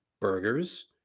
burgers